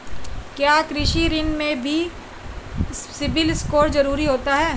क्या कृषि ऋण में भी सिबिल स्कोर जरूरी होता है?